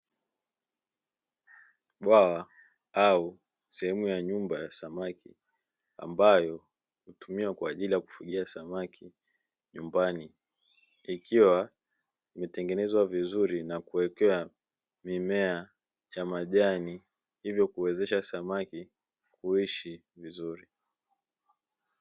Bwawa au sehemu ya nyumba ya samaki, ambayo hutumiwa kwa ajili ya kufugia samaki nyumbani. Ikiwa imetengenezwa vizuri na kuwekewa mimea ya majani, hivyo kuwezesha samaki kuishi vizuri.